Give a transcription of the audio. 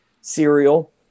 cereal